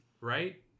right